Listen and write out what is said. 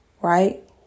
Right